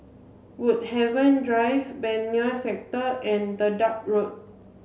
Woodhaven Drive Benoi Sector and Dedap Road